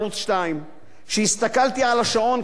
שהסתכלתי על השעון כשראיתי את ההודעה